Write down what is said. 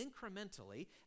incrementally